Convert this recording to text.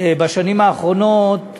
בשנים האחרונות,